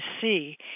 see